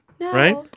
Right